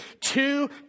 two